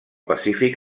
pacífic